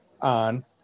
on